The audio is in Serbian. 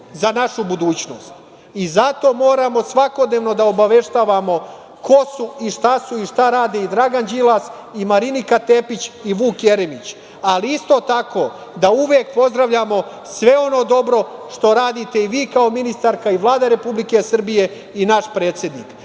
za našu budućnost. Zato moramo svakodnevno da obaveštavamo ko su i šta su i šta rade i Dragan Đilas i Marinika Tepić i Vuk Jeremić, ali isto tako da uvek pozdravljamo sve ono dobro što radite vi kao ministarka i Vlada Republike Srbije i naš predsednik. Nadam